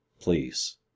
please